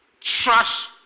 Trash